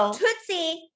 Tootsie